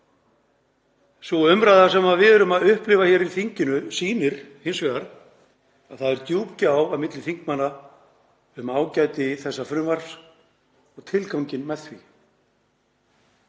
Sú umræða sem við erum að upplifa hér í þinginu sýnir hins vegar að það er djúp gjá á milli þingmanna um ágæti þessa frumvarps og tilganginn með því.